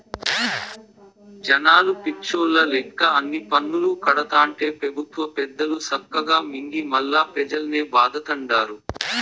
జనాలు పిచ్చోల్ల లెక్క అన్ని పన్నులూ కడతాంటే పెబుత్వ పెద్దలు సక్కగా మింగి మల్లా పెజల్నే బాధతండారు